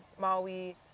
Maui